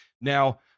Now